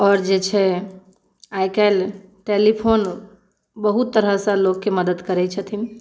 आओर जे छै आइ काल्हि टेलिफोन बहुत तरहसँ लोकके मदद करैत छथिन